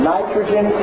Nitrogen